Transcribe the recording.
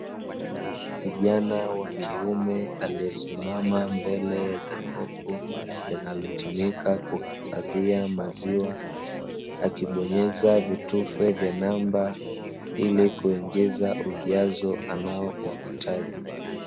Kijana wa kiume aliyesimama mbele ya jokofu linalotumika kuhifadhia maziwa, akibonyeza vitufe vya namba ili kuingiza ujazo anaouhitaji.